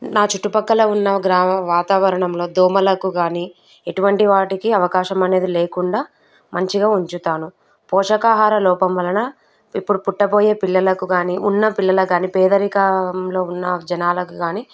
నా చుట్టుపక్కల ఉన్నా గ్రామ వాతావరణంలో దోమలకు కానీ ఎటువంటి వాటికి అవకాశం అనేది లేకుండా మంచిగా ఉంచుతాను పోషకాహార లోపం వలన ఇప్పుడు పుట్టబోయే పిల్లలకు కానీ ఉన్న పిల్లలకు కానీ పేదరికంలో ఉన్న జనాలకి కానీ